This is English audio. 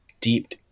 deep